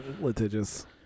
litigious